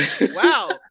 Wow